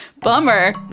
Bummer